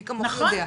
מי כמונו יודע,